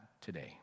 today